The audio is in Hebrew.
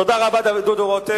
תודה רבה, דודו רותם.